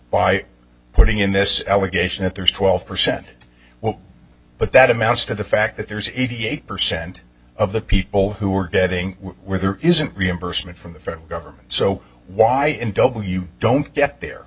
by putting in this allegation that there's twelve percent but that amounts to the fact that there's eighty eight percent of the people who are getting where there isn't reimbursement from the federal government so why n w don't get the